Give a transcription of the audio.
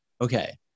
Okay